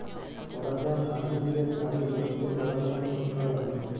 potassium ফার্টিলিসের যাতে জমিতে পটাসিয়াম পচ্ছয় হ্যয়